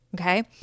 okay